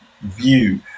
view